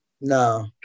No